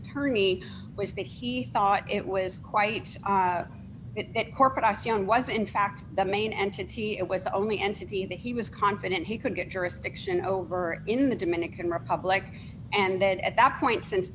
attorney was that he thought it was quite it corporate ice young was in fact the main entity it was the only entity that he was confident he could get jurisdiction over in the dominican republic and then at that point since